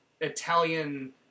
Italian